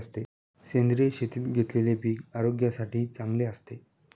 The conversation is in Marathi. सेंद्रिय शेतीत घेतलेले पीक आरोग्यासाठी चांगले असते